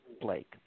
Blake